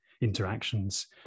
interactions